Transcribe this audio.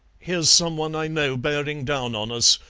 here's some one i know bearing down on us.